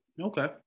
Okay